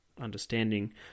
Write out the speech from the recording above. understanding